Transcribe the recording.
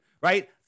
right